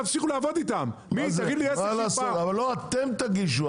אתם תגישו.